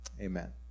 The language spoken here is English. Amen